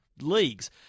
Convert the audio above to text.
leagues